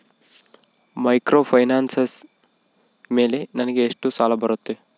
Microfinance ಮೇಲೆ ನನಗೆ ಎಷ್ಟು ಸಾಲ ಬರುತ್ತೆ?